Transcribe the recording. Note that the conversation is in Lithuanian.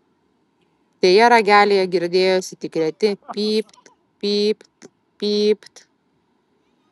deja ragelyje girdėjosi tik reti pypt pypt pypt